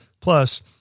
plus